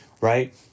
right